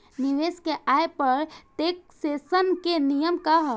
निवेश के आय पर टेक्सेशन के नियम का ह?